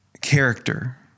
character